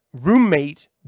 roommate